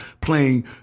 playing